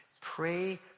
pray